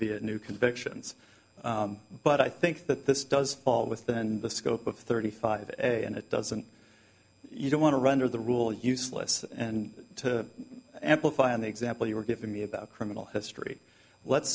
knew convictions but i think that this does fall within the scope of thirty five a and it doesn't you don't want to render the rule useless and to amplify on the example you were giving me about criminal history let's